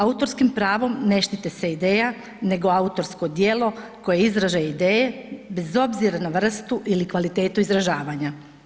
Autorskim pravom ne štiti se ideja nego autorsko djelo koje je izražaj ideje bez obzira na vrstu ili kvalitetu izražavanja.